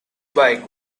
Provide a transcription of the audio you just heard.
bike